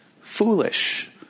foolish